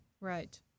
Right